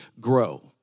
grow